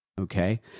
okay